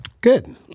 good